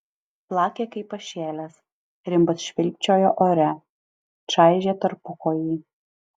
plakė kaip pašėlęs rimbas švilpčiojo ore čaižė tarpukojį